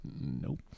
Nope